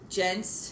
gents